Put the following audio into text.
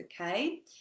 okay